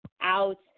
out